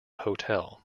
hotel